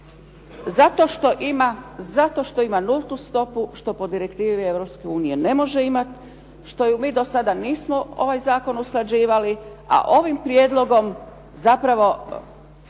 zato što ima nultu stopu, što po direktivi Europske unije ne može imati, što mi do sada nismo ovaj zakon usklađivali. A ovim prijedlogom zapravo